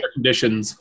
Conditions